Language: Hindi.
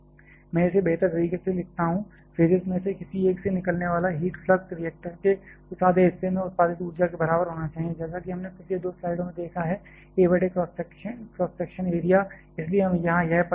मैं इसे बेहतर तरीके से लिखता हूं फेजेस में से किसी एक से निकलने वाला हीट फ्लक्स रिएक्टर के उस आधे हिस्से में उत्पादित ऊर्जा के बराबर होना चाहिए जैसा कि हमने पिछली दो स्लाइड में देखा है a बटे क्रॉस सेक्शन एरिया इसलिए हम यहां यह पद रख रहे हैं